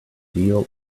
deal